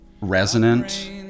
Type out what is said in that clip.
resonant